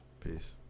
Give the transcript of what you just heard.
Peace